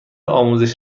آموزش